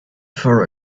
for